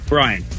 Brian